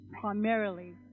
primarily